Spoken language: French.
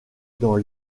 dans